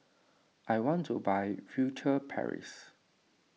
I want to buy Furtere Paris